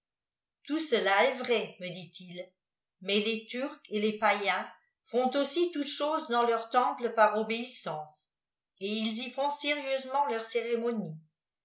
tout cela est vrai me dit il mais les turcs et les païens font aussi toutes choses dans leurs temples par obéissance et ils y font sérieusement leurs cérémonies